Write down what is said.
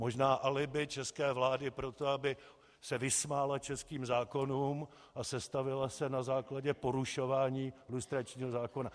Možná alibi české vlády pro to, aby se vysmála českým zákonům a sestavila se na základě porušování lustračního zákona.